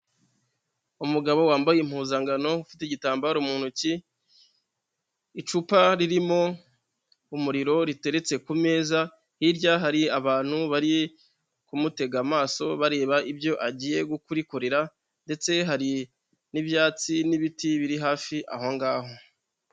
Umugabo wambaye impuzankano ufite igitambaro mu ntoki, icupa ririmo umuriro riteretse ku meza, hirya hari abantu bari kumutega amaso bareba ibyo agiye kurikorerandetse hari n'ibyatsi n'ibiti biri hafi aho ngaho.